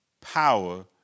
power